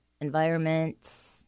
environments